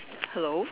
hello